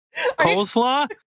Coleslaw